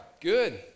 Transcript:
good